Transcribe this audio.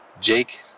Jake